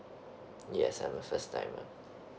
yes I'm a first timer